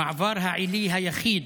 המעבר העילי היחיד